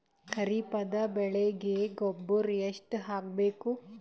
ಖರೀಪದ ಬೆಳೆಗೆ ಗೊಬ್ಬರ ಎಷ್ಟು ಕೂಡಬೇಕು?